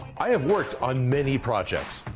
i have worked on many projects.